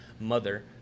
mother